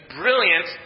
brilliant